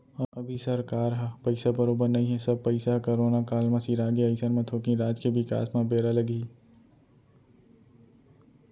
अभी सरकार ह पइसा बरोबर नइ हे सब पइसा ह करोना काल म सिरागे अइसन म थोकिन राज के बिकास म बेरा लगही